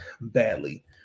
badly